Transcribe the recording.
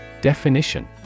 Definition